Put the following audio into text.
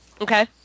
Okay